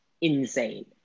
insane